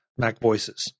macvoices